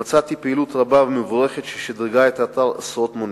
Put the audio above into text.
ומצאתי פעילות רבה ומבורכת ששדרגה את האתר עשרות מונים.